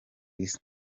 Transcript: isi